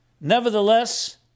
nevertheless